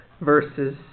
verses